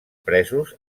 presos